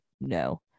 no